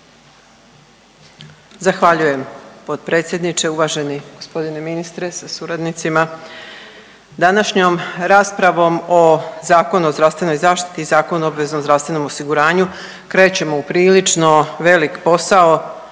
Zahvaljujem potpredsjedniče, uvaženi g. ministre sa suradnicima. Današnjom raspravom o Zakonu o zdravstvenoj zaštiti i Zakonu o obveznom zdravstvenom osiguranju krećemo u prilično velik posao